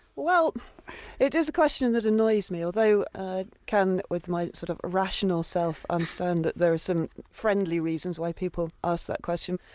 well it is a question that annoys me, although i can, with my sort of rational self, understand that there is some friendly reasons why people ask that question.